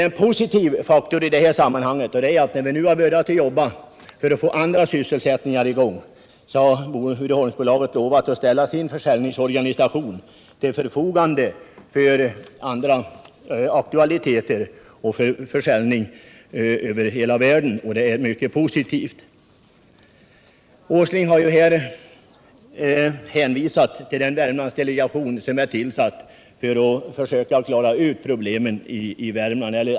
En positiv faktor i detta sammanhang är att när vi nu har börjat jobba för att få andra sysselsättningar har Uddeholms AB lovat att ställa sin försäljningsorganisation till förfogande för andra företags produkter för försäljning över hela världen. Detta är positivt och vi är tacksamma härför. Nils Åsling har hänvisat till den Värmlandsdelegation som är tillsatt för att försöka lösa problemen i Värmland.